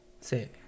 Say